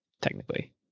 Technically